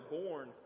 born